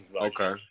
Okay